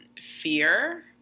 fear